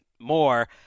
more –